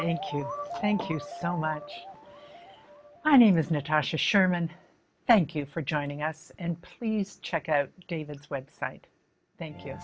thank you thank you so much my name is natasha sherman thank you for joining us and we'd check out david's website thank you